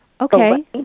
Okay